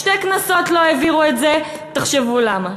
שתי כנסות לא העבירו את זה, תחשבו למה.